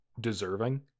deserving